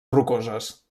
rocoses